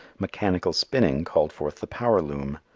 mechanical spinning called forth the power loom.